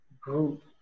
group